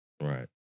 Right